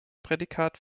prädikat